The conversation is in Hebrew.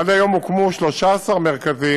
עד היום הוקמו 13 מרכזים,